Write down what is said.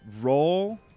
roll